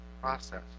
process